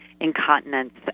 incontinence